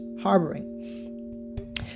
harboring